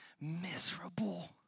miserable